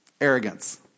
arrogance